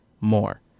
more